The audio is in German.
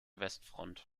westfront